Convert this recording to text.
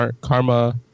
Karma